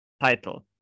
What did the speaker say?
title